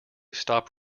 stop